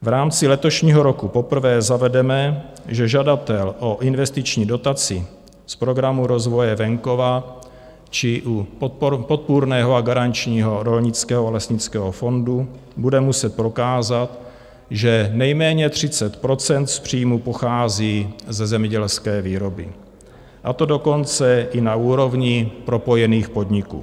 V rámci letošního roku poprvé zavedeme, že žadatel o investiční dotaci z Programu rozvoje venkova či u Podpůrného a garančního rolnického a lesnického fondu bude muset prokázat, že nejméně 30 % z příjmů pochází ze zemědělské výroby, a to dokonce i na úrovni propojených podniků.